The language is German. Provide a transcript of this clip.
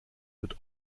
wird